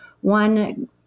one